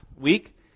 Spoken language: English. week